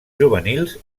juvenils